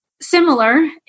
similar